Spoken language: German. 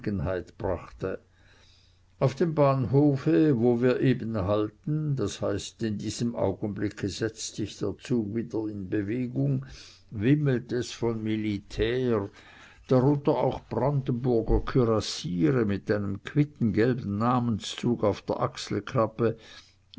brachte auf dem bahnhofe wo wir eben halten d h in diesem augenblicke setzt sich der zug schon wieder in bewegung wimmelt es von militär darunter auch brandenburger kürassiere mit einem quittgelben namenszug auf der